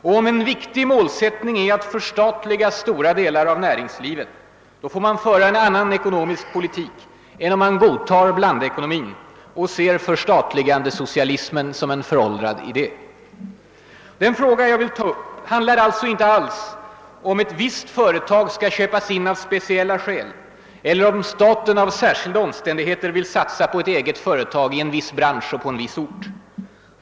Om en viktig målsättning är att förstatliga stora delar av näringslivet, får man föra en annan ekonomisk politik än om man godtar blandekonomin och ser förstatligan desocialismen som en passerad idé. Den fråga jag vill ta upp handlar alltså inte alls om ett visst företag skall köpas in av speciella skäl eller om staten genom särskilda omständigheter vill satsa på ett eget företag i en viss bransch eller på en viss ort.